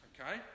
Okay